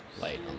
light